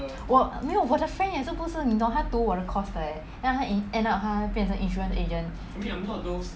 我没有我的 friend 也是不是你懂她读我的 course 的 leh then end up 他变成 insurance agent